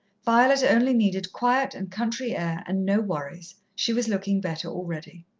violet only needed quiet and country air, and no worries. she was looking better already.